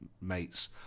mates